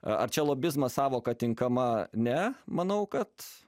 ar čia lobizmo sąvoka tinkama ne manau kad